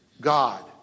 God